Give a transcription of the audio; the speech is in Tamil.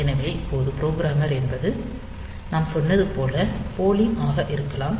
எனவே இப்போது புரோகிராமர் என்பது நான் சொன்னது போல் போலிங் ஆக இருக்கலாம்